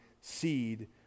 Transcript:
seed